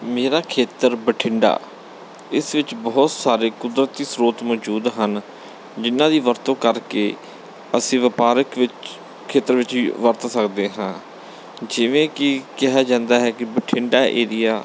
ਮੇਰਾ ਖੇਤਰ ਬਠਿੰਡਾ ਇਸ ਵਿੱਚ ਬਹੁਤ ਸਾਰੇ ਕੁਦਰਤੀ ਸਰੋਤ ਮੌਜੂਦ ਹਨ ਜਿਹਨਾਂ ਦੀ ਵਰਤੋਂ ਕਰਕੇ ਅਸੀਂ ਵਪਾਰਕ ਵਿੱਚ ਖੇਤਰ ਵਿੱਚ ਵੀ ਵਰਤ ਸਕਦੇ ਹਾਂ ਜਿਵੇਂ ਕਿ ਕਿਹਾ ਜਾਂਦਾ ਹੈ ਕਿ ਬਠਿੰਡਾ ਏਰੀਆ